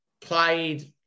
played